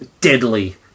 deadly